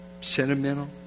sentimental